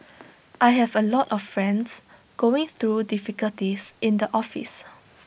I have A lot of friends going through difficulties in the office